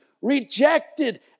rejected